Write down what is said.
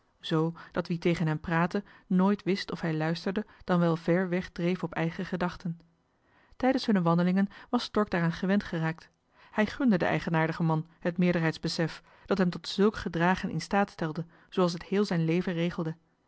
zoo dat wie tegen hem praatte nooit wist of hij luisterde dan wel ver weg dreef op eigen gedachten tijdens hunne wandelingen was stork daaraan gewend geraakt hij gunde den eigenaardigen man het meerderheidsbesef dat hem tot zulk gedragen in staat stelde zooals het heel zijn leven regelde